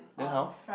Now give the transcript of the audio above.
then how